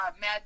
mad